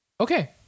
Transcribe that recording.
Okay